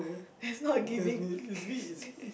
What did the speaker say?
it's not giving